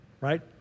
right